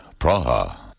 Praha